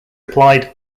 replied